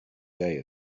day